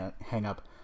hang-up